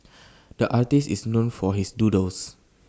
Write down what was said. the artist is known for his doodles